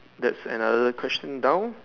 that's another question down